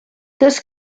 this